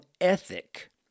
ethic